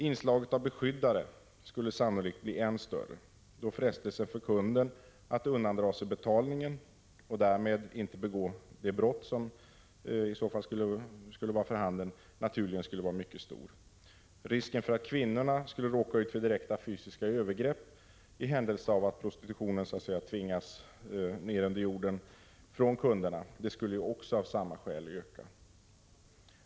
Inslaget av ”beskyddare” skulle sannolikt bli än större, då frestelsen för kunden att undandra sig betalningen — och därmed inte begå det brott som vid en kriminalisering skulle vara för handen — naturligen skulle vara mycket stor. Risken för att kvinnorna skulle råka ut för direkta fysiska övergrepp från kunderna skulle av samma skäl också öka, om prostitutionen tvingades ned under jorden.